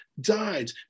died